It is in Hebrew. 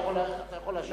יכול להשיב לו.